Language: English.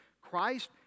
Christ